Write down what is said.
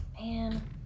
Man